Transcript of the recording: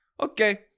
Okay